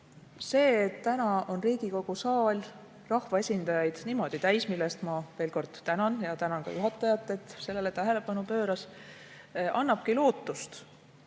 See, et täna on Riigikogu saal rahvaesindajaid niimoodi täis – selle eest ma veel kord tänan ja tänan ka juhatajat, et ta sellele tähelepanu pööras –, annabki lootust,